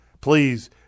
Please